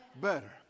better